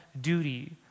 duty